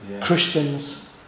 Christians